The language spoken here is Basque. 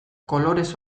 kolorez